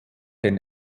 den